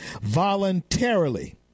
voluntarily